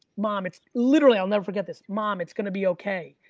mom, it's literally, i'll never forget this, mom, it's gonna be okay,